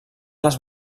les